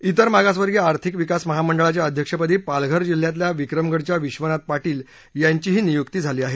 तिर मागासवर्गीय आर्थिक विकास महामंडळाच्या अध्यक्षपदी पालघर जिल्ह्यातल्या विक्रमगडच्या विश्वनाथ पाटील यांची नियुक्ती झाली आहे